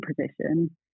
position